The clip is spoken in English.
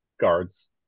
guards